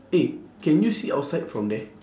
eh can you see outside from there